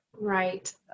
Right